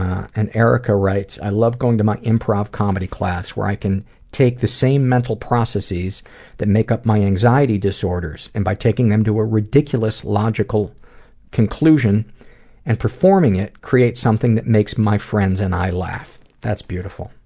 and erica writes i love going to my improv comedy class where i can take the same mental processes that make up my anxiety disorders and by taking them to a ridiculous logical conclusion and performing it creates something that makes my friends and i laugh. that's beautiful,